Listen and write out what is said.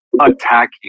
Attacking